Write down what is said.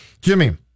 Jimmy